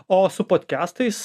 o su podkestais